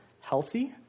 healthy